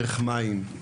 דרך מים,